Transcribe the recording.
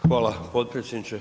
Hvala potpredsjedniče.